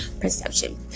perception